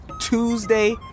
Tuesday